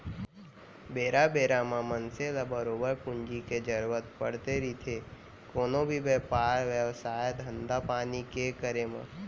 बेरा बेरा म मनसे ल बरोबर पूंजी के जरुरत पड़थे रहिथे कोनो भी बेपार बेवसाय, धंधापानी के करे म